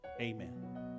Amen